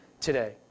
today